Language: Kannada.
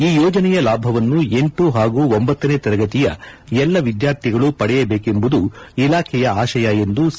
ಈ ಯೋಜನೆಯ ಲಾಭವನ್ನು ಎಂಟು ಹಾಗೂ ಒಂಭತ್ತನೇ ತರಗತಿಯ ಎಲ್ಲ ವಿದ್ಯಾರ್ಥಿಗಳು ಪಡೆಯಬೇಕೆಂಬುದು ಇಲಾಖೆಯ ಆಶಯ ಎಂದು ಸಿ